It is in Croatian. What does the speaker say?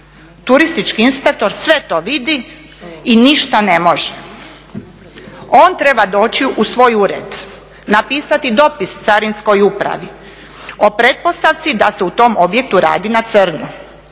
Turistički inspektor sve to vidi i ništa ne može. On treba doći u svoj ured, napisati dopis Carinskoj upravi o pretpostavci da se u tom objektu radi na crno.